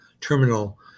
terminal